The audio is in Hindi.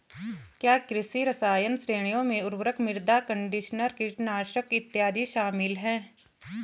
क्या कृषि रसायन श्रेणियों में उर्वरक, मृदा कंडीशनर, कीटनाशक इत्यादि शामिल हैं?